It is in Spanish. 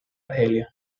argelia